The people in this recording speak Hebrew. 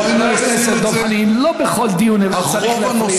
חבר הכנסת דב חנין, לא בכל דיון אתה צריך להפריע.